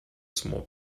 small